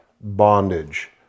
bondage